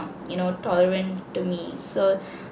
you know tolerant to me so